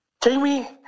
Jamie